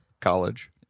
College